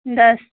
दस